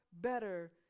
better